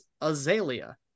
azalea